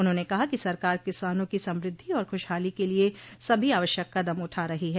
उन्होंने कहा कि सरकार किसानों की समृद्धि और खूशहाली के लिये सभी आवश्यक कदम उठा रही है